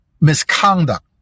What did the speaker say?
misconduct